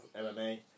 MMA